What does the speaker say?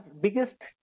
biggest